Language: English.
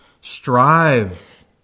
strive